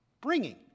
bringing